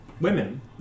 women